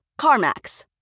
CarMax